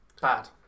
bad